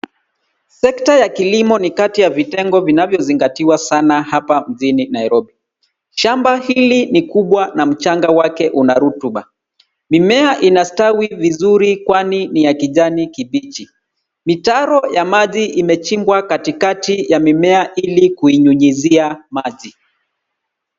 Sekta ya kilimo ni kati ya vitengo vinavyozingatiwa sana hapa mjini Nairobi. Shamba hili ni kubwa na mchanga wake una rutuba. Mimea inastawi vizuri kwani ni ya kijani kibichi. Mitaro ya maji imechimbwa katikati ya mimea ili kuinyunyizia maji.